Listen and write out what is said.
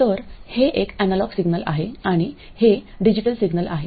तर हे एक एनालॉग सिग्नल आहे आणि हे डिजिटल सिग्नल आहे